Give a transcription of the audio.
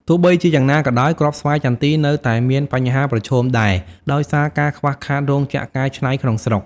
ទោះបីជាយ៉ាងណាក៏ដោយ គ្រាប់ស្វាយចន្ទីក៏នៅតែមានបញ្ហាប្រឈមដែរ ដោយសារការខ្វះខាតរោងចក្រកែច្នៃក្នុងស្រុក។